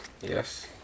yes